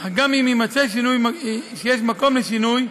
אך גם אם יימצא שיש מקום לשינוי,